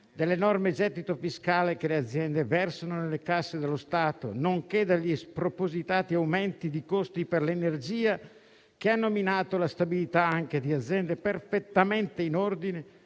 - l'enorme gettito fiscale che le aziende versano nelle casse dello Stato, nonché gli spropositati aumenti dei costi per l'energia, che hanno minato la stabilità di aziende perfettamente in ordine